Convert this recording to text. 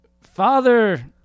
Father